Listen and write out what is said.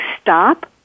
stop